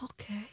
Okay